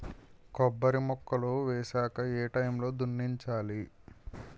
కొబ్బరి మొక్కలు వేసాక ఏ ఏ టైమ్ లో దున్నించాలి?